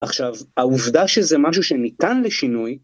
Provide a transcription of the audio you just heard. עכשיו, העובדה שזה משהו שניתן לשינוי...